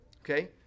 Okay